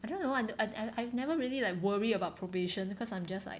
I don't know why I I I have never really like worry about probation because I'm just like